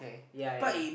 ya ya ya